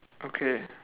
okay